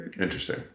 Interesting